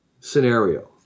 scenario